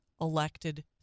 elected